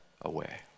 away